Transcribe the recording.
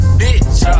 bitch